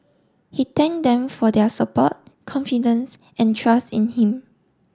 he thanked them for their support confidence and trust in him